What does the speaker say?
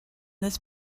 this